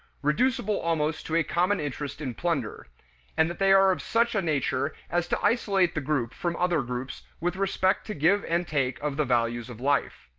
reducible almost to a common interest in plunder and that they are of such a nature as to isolate the group from other groups with respect to give and take of the values of life.